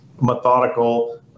methodical